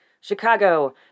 Chicago